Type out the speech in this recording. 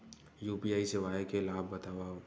UPI सेवाएं के लाभ बतावव?